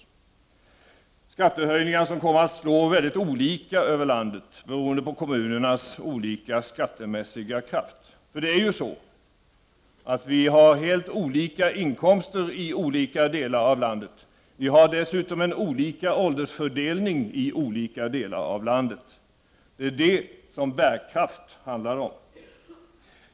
Detta är skattehöjningar som kommer att slå väldigt olika över landet, beroende på kommunernas olika skattemässiga kraft. Det är ju så att vi har helt olika inkomster i olika delar av landet. Vi har dessutom olika åldersfördelning i olika delar av landet. Det är vad bärkraft handlar om.